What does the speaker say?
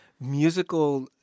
musical